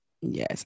Yes